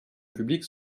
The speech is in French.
publique